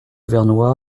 vernois